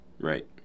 Right